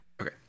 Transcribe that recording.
Okay